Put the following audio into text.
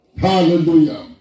Hallelujah